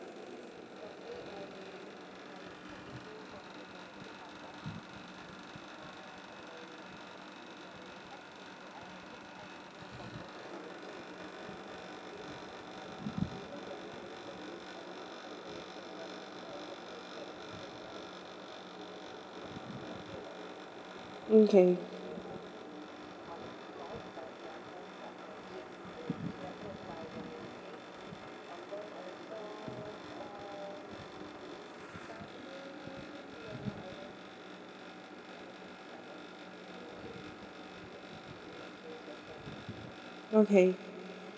mm okay okay